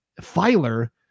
filer